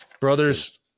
brothers